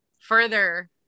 further